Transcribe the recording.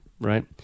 right